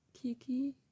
Kiki